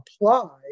apply